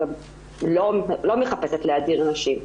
ולא מחפשת להדיר נשים.